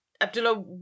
Abdullah